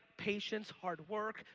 patience, hard work,